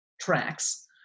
tracks